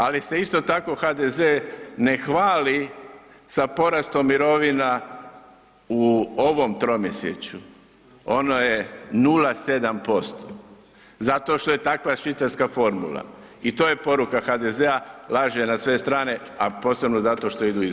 Ali se isto tako HDZ ne hvali sa porastom mirovina u ovom tromjesečju, ono je 0,7%, zato što je takva švicarska formula i to je poruka HDZ-a, laže na sve strane, a posebno zato što idu izbori.